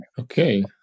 Okay